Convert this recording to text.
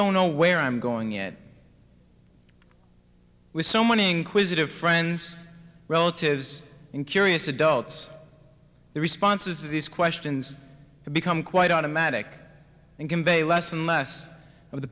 don't know where i'm going it with so many inquisitive friends relatives and curious adults the responses to these questions become quite automatic and convey less and less of the